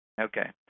Okay